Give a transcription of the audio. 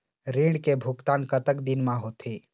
ऋण के भुगतान कतक दिन म होथे?